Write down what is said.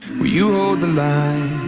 will you hold the line,